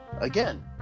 again